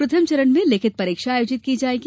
प्रथम चरण में लिखित परीक्षा आयोजित की जायेगी